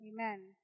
amen